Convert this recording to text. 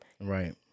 Right